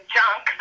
junk